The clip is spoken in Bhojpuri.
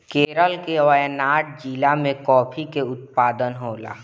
केरल के वायनाड जिला में काफी के उत्पादन होला